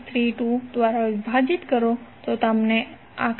632 દ્વારા વિભાજીત કરો તો તમને 12